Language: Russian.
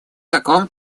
каком